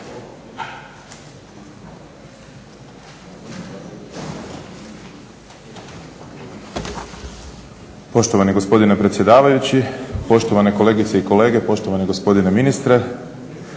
Poštovani gospodine predsjedavajući, poštovane kolegice i kolege, poštovani gospodine ministre.